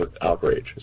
Outrage